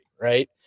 right